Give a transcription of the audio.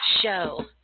show